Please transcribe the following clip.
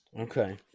Okay